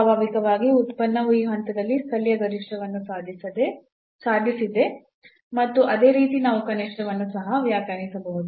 ಸ್ವಾಭಾವಿಕವಾಗಿ ಉತ್ಪನ್ನವು ಈ ಹಂತದಲ್ಲಿ ಸ್ಥಳೀಯ ಗರಿಷ್ಠವನ್ನು ಸಾಧಿಸಿದೆ ಮತ್ತು ಅದೇ ರೀತಿ ನಾವು ಕನಿಷ್ಠವನ್ನು ಸಹ ವ್ಯಾಖ್ಯಾನಿಸಬಹುದು